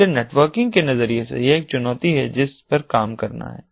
इसलिए नेटवर्किंग के नजरिए से यह एक चुनौती है जिस पर काम करना है